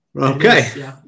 Okay